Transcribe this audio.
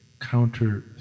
counter